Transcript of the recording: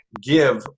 give